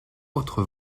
autre